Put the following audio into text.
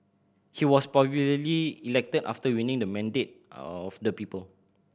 he was popularly elected after winning the mandate of the people